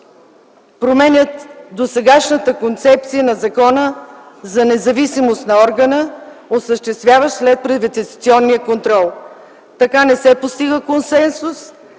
променя досегашната концепция на закона за независимост на органа, осъществяващ следприватизационния контрол. Така не се постига консенсус